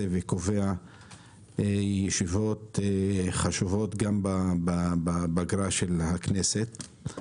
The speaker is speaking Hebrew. וקובע ישיבות חשובות גם בפגרה של הכנסת.